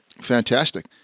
Fantastic